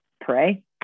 Pray